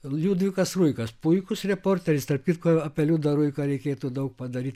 liudvikas ruikas puikus reporteris tarp kitko apie liudą ruiką reikėtų daug padaryt